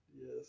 Yes